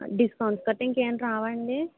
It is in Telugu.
డిస్కౌంట్ గట్ట ఇంకేం రావండి